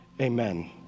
Amen